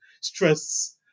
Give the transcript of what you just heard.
stress